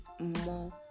more